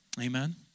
Amen